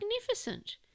magnificent